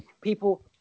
people